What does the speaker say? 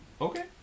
Okay